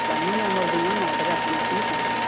planning ଆମର ଦିନ ନଅଟାରେ ଆପଣ ଆସିକି ପହଞ୍ଚିବେ